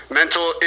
mental